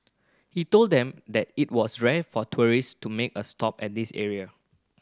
he told them that it was rare for tourist to make a stop at this area